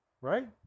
right